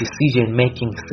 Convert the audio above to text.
decision-making